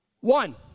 One